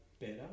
better